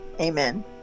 amen